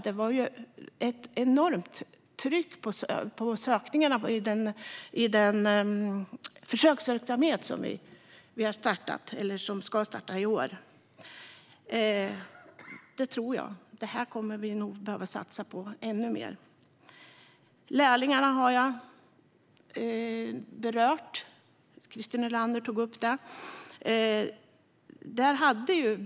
Det är ju ett enormt söktryck till den försöksverksamhet som ska starta i år. Detta kommer vi nog att behöva satsa på ännu mer. Frågan om lärlingarna har jag redan berört, och även Christer Nylander tog upp den.